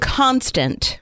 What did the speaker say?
constant